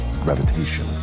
gravitation